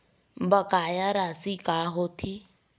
बकाया राशि का होथे?